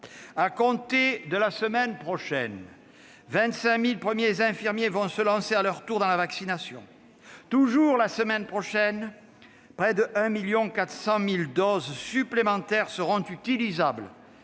À compter de la semaine prochaine, 25 000 premiers infirmiers vont se lancer, à leur tour, dans la vaccination. Toujours la semaine prochaine, près de 1,4 million de doses supplémentaires seront utilisables